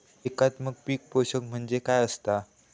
एकात्मिक पीक पोषण म्हणजे काय असतां?